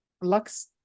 Lux